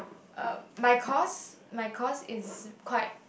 um my course my course is quite